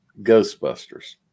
Ghostbusters